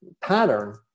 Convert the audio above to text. pattern